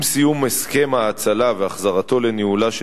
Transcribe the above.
עם סיום הסכם ההאצלה והחזרת הגן לניהולה של